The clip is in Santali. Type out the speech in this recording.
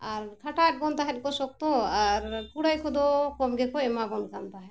ᱟᱨ ᱠᱷᱟᱴᱟᱣᱮᱫ ᱵᱚᱱ ᱛᱟᱦᱮᱸᱜ ᱠᱚ ᱥᱚᱠᱛᱚ ᱟᱨ ᱠᱩᱲᱟᱹᱭ ᱠᱚᱫᱚ ᱠᱚᱢ ᱜᱮᱠᱚ ᱮᱢᱟᱵᱚᱱ ᱠᱟᱱ ᱛᱟᱦᱮᱸᱫ